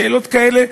שאלות כאלה,